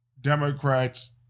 Democrats